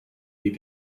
die